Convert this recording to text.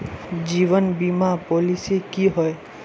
जीवन बीमा पॉलिसी की होय?